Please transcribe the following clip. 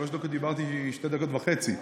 שלוש דקות, דיברתי שתי דקות וחצי.